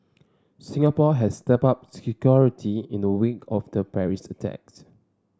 Singapore has stepped up security in the wake of the Paris attacks